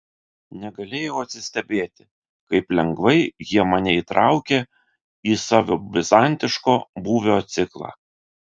negalėjau atsistebėti kaip lengvai jie mane įtraukė į savo bizantiško būvio ciklą